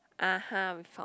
ah !huh! we found